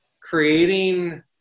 creating